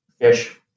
fish